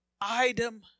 item